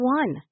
one